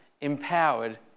empowered